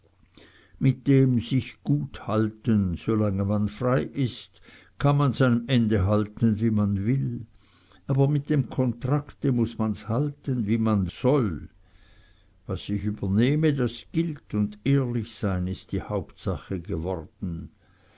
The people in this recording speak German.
mit dem sich gut halten solange man frei ist kann man's am ende halten wie man will aber mit dem kontrakte muß man's halten wie man soll was ich übernehme das gilt und ehrlich sein ist die hauptsache geworden